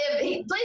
please